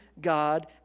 God